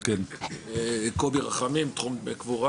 אני קובי רחמים מתחום דמי קבורה